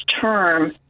term